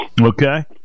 Okay